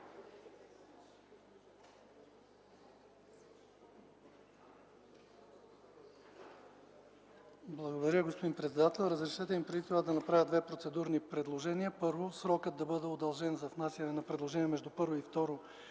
Благодаря, господин председател. Разрешете ми преди това да направя две процедурни предложения. Първото е да бъде удължен срокът за внасяне на предложения между първо и второ